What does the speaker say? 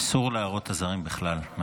אסור להראות עזרים בכלל.